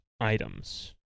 items